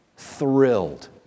thrilled